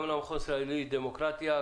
המכון הישראלי לדמוקרטיה,